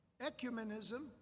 ecumenism